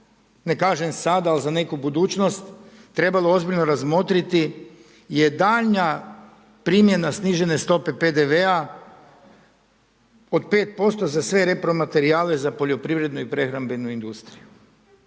ne kažem sada, ali za neku budućnost trebalo ozbiljno razmotriti je daljnja primjena snižene stope PDV-a od 5% za sve repromaterijale za poljoprivrednu i prehrambenu industriju